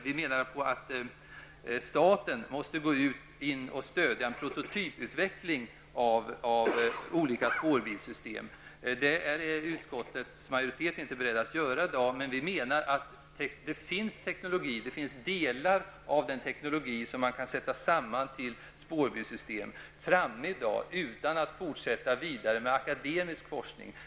Vi menar att staten måste gå in och stödja en prototyputveckling av olika spårbilssystem. Utskottets majoritet är i dag inte beredd att ställa sig bakom det förslaget. Vi menar emellertid att det i dag finns teknologi och delar av teknologi som kan sättas samman till spårbilssystem utan att det är nödvändigt att fortsätta med akademisk forskning.